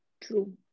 True